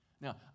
Now